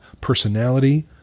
personality